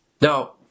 Now